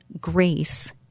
grace